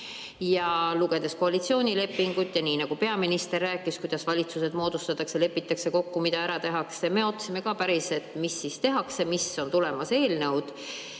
Ja lugedes koalitsioonilepingut ja nii nagu peaminister rääkis, kuidas valitsused moodustatakse, lepitakse kokku, mida ära tehakse, me ootasime ka, mida siis päriselt tehakse, mis eelnõud